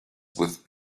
with